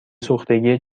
سوختگی